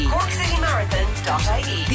CorkCityMarathon.ie